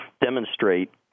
demonstrate